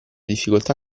difficoltà